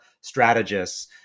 strategists